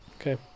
Okay